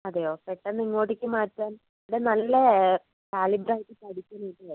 അതെയോ പെട്ടെന്ന് ഇങ്ങോട്ടേക്ക് മാറ്റാൻ ഇവിടെ നല്ല കാലിബറായിട്ട് പഠിക്കുന്നുണ്ട്